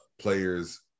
players